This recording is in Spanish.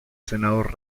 senador